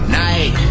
night